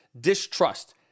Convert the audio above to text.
distrust